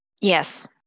Yes